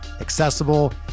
accessible